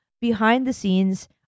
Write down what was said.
behind-the-scenes